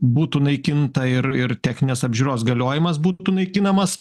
būtų naikinta ir ir techninės apžiūros galiojimas būtų naikinamas